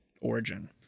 origin